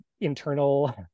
internal